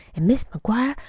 an' mis' mcguire,